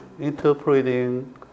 interpreting